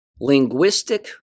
Linguistic